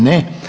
Ne.